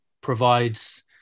provides